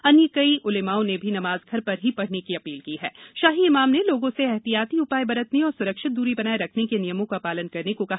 अन्य कई उलम्माओं न भी नमाज़ घर पर ही पढ़न की अपील की हम शाही इमाम न ल गों स एहतियाती उपाय बरतन और स्रक्षित दूरी बनाए रखन क नियमों का पालन करन क कहा